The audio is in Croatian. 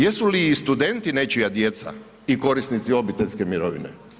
Jesu li i studenti nečija djeca i korisnici obiteljske mirovine?